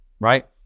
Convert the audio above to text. right